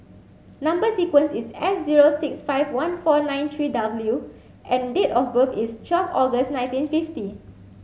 number sequence is S zero six five one four nine three W and date of birth is twelve August nineteen fifty